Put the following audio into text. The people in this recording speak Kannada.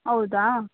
ಹೌದಾ